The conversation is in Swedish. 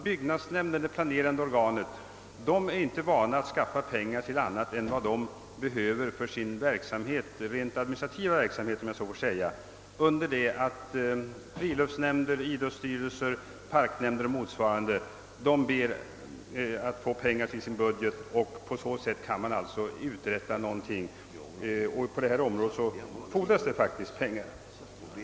Byggnadsnämnden är ett planerande organ och är inte van att begära anslag till annat än vad som behövs för den rent administrativa verksamheten, under det att friluftsnämnder, idrottsstyrelser, parknämnder och motsvarande begär att få pengar till sina anläggningar av olika slag och deras skötsel och drift. På så sätt kan man uträtta någonting, och på det här området fordras det faktiskt pengar.